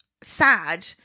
sad